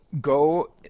go